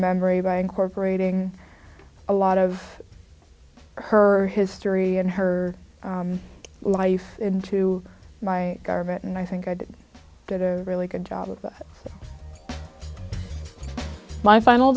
memory by incorporating a lot of her history and her life into my garment and i think i did a really good job of that my final